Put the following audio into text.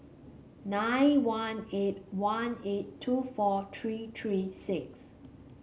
nine one eight one eight two four three three six